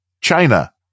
China